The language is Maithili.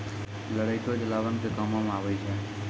लरैठो जलावन के कामो मे आबै छै